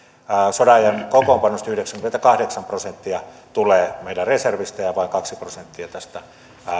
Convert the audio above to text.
sodanajan kokoonpanosta yhdeksänkymmentäkahdeksan prosenttia tulee meidän reservistä ja ja vain kaksi prosenttia näistä